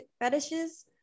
fetishes